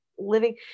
living